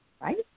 right